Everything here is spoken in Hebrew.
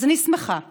אז אני שמחה שהיום,